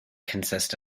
consists